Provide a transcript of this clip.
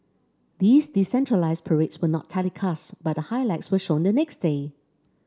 these decentralised parades were not telecast but the highlights were shown the next day